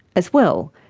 as well,